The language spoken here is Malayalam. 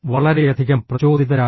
വളരെയധികം പ്രചോദിതരായവർ